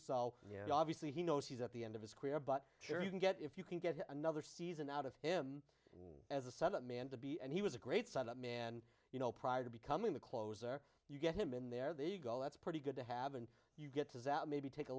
so obviously he knows he's at the end of his career but sure you can get if you can get another season out of him as a sudden man to be and he was a great set up man you know prior to becoming the closer you get him in there there you go that's pretty good to have and you get to that maybe take a